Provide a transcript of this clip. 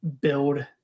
build